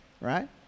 right